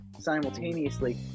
simultaneously